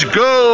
go